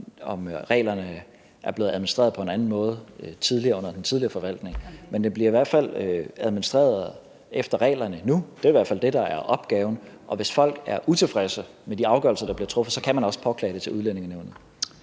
om reglerne er blevet administreret på en anden måde tidligere, under den tidligere forvaltning. Men det bliver i hvert fald administreret efter reglerne nu. Det er i hvert fald det, der er opgaven, og hvis folk er utilfredse med de afgørelser, der bliver truffet, kan man også påklage det til Udlændingenævnet.